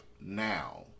now